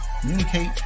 communicate